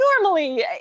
normally